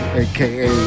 aka